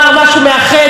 כי הבטחתי לחיים,